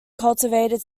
cultivated